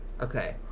Okay